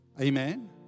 Amen